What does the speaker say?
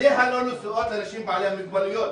עיניה לא נשואות לאנשים בעלי המוגבלויות,